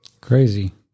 Crazy